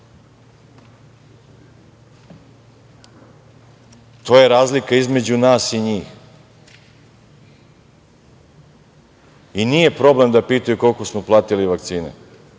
To je razlika između nas i njih. Nije problem da pitaju koliko smo platili vakcine,